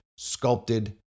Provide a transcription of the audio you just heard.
sculpted